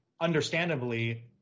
understandably